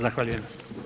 Zahvaljujem.